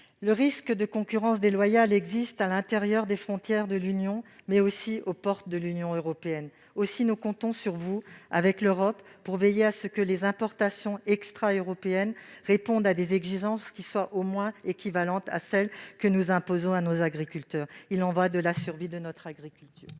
Le risque de concurrence déloyale existe à l'intérieur des frontières de l'Union européenne, mais aussi à ses portes. Aussi, nous comptons sur vous, avec l'Europe, pour veiller à ce que les importations extraeuropéennes répondent à des exigences qui soient au moins équivalentes à celles que nous imposons à nos agriculteurs. Il y va de la survie de notre agriculture.